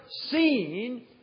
seen